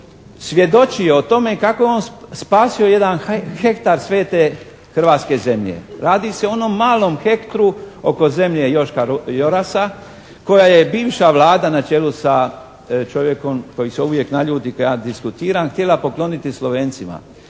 svjedočio tome, kako je on spasio jedan hektar svete hrvatske zemlje. Radi se o onom malom hektru oko zemlje Joška Jorasa koja je bivša Vlada na čelu sa čovjekom koji se uvijek naljuti kada ja diskutiram htjela pokloniti Slovencima.